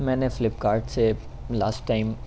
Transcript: میں نے فلپکارٹ سے لاسٹ ٹائم